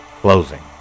closing